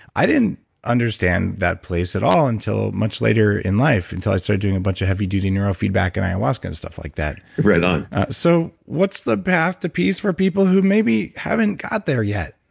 i didn't understand that place at all until much later in life, until i started doing a bunch of heavy duty neurofeedback and i and watched good stuff like that right on so what's the path to peace for people who maybe haven't got there yet?